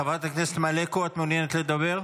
חברת הכנסת מלקו, את מעוניינת לדבר?